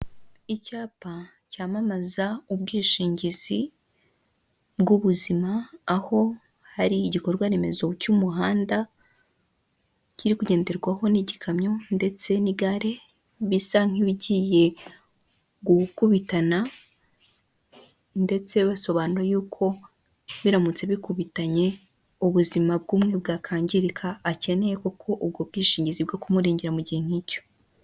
Icyapa cyamamaza ubwishingizi bw'ubuzima aho hari igikorwa remezo cy'umuhanda kiri kugenderwaho n'igikamyo ndetse n'igare bisa nk'ibigiye gukubitana ndetse basobanuye biramutse bikubitanye ubuzima bwmwe bwakangirika akeneye kuko ubwo bwishingizi bwo kumurengera mu gihe nk'icyo.